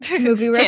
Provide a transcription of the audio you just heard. movie